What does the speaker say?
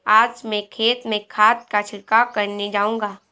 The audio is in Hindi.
आज मैं खेत में खाद का छिड़काव करने जाऊंगा